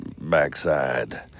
backside